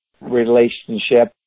relationship